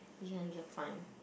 ya you're fine